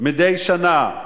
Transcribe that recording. מדי שנה,